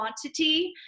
quantity